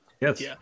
Yes